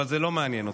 אבל זה לא מעניין אותם.